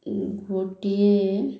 ଗୋଟିଏ